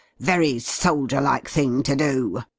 very soldierlike thing to do